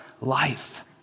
life